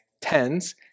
tens